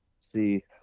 see